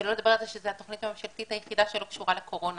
שלא לדבר על זה שזו התוכנית הממשלתית היחידה שלא קשורה לקורונה